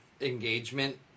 engagement